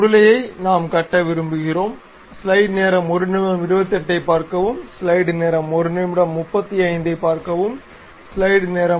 உருளையை நாம் கட்ட விரும்புகிறோம்